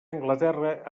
anglaterra